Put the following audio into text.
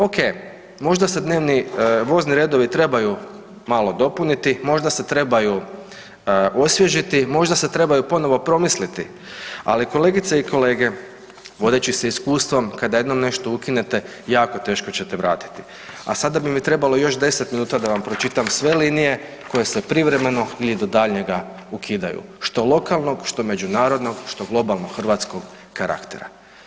Ok, možda se dnevni vozni redovi trebaju malo dopuniti, možda se trebaju osvježiti, možda se trebaju ponovo promisliti, ali kolegice i kolege, vodeći se iskustvom, kada jednom nešto ukinete, jako teško ćete vratiti, a sada bi mi trebalo još 10 minuta da vam pročitam sve linije koje se privremeno ili do daljnjega ukidaju, što lokalnog, što međunarodnog, što globalno hrvatskog karaktera.